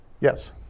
Yes